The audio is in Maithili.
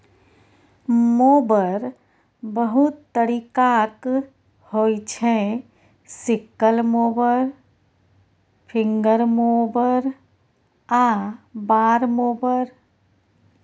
मोबर बहुत तरीकाक होइ छै सिकल मोबर, फिंगर मोबर आ बार मोबर